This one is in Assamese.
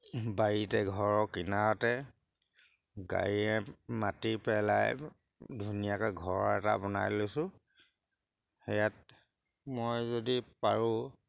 বাৰীতে ঘৰৰ কিনাৰতে গাড়ীয়ে মাটি পেলাই ধুনীয়াকৈ ঘৰ এটা বনাই লৈছোঁ সেয়াত মই যদি পাৰোঁ